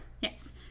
Yes